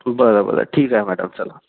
बरं बरं ठीक आहे मॅडम चला